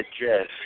dress